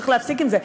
צריך להפסיק את זה.